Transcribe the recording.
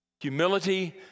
Humility